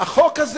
החוק הזה